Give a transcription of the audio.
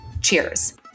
Cheers